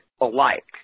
alike